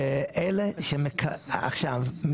ועכשיו,